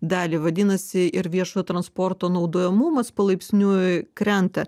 dalį vadinasi ir viešojo transporto naudojamumas palaipsniui krenta